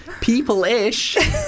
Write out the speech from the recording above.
people-ish